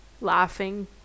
laughing